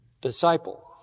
disciple